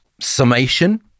summation